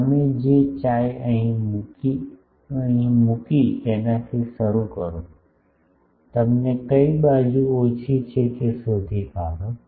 તમે જે chi અહીં મૂકી તેનાથી શરૂ કરો તમને કઈ બાજુ ઓછી છે તે શોધી કાઢો